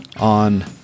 On